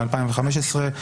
מ-2015,